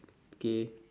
K